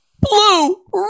Blue